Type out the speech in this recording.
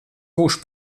būšu